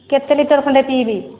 କେତେ ଲିଟର୍ ଖଣ୍ଡେ ପିଇବି